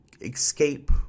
escape